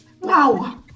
Wow